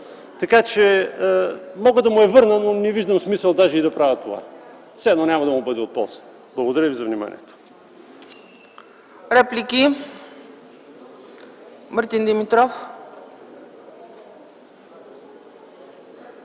Ленин. Мога да му я върна, но даже не виждам смисъл да правя това. Все едно, няма да му бъде от полза. Благодаря за вниманието.